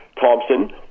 Thompson